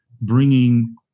bringing